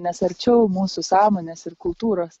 nes arčiau mūsų sąmonės ir kultūros